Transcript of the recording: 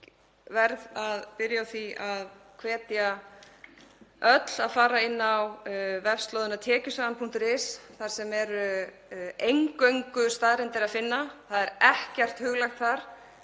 verð að byrja á því að hvetja öll til að fara inn á vefslóðina tekjusagan.is þar sem er eingöngu staðreyndir að finna, það er ekkert huglægt þar,